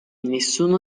nessuno